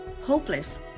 hopeless